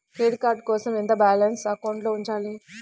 Credit card కోసం ఎంత balance అకౌంట్లో ఉంచాలి?